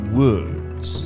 words